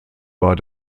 war